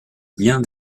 bien